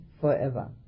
forever